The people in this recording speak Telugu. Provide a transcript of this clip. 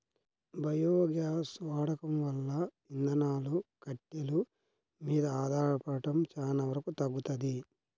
బయోగ్యాస్ వాడకం వల్ల ఇంధనాలు, కట్టెలు మీద ఆధారపడటం చానా వరకు తగ్గుతది